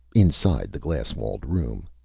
inside the glass-walled room.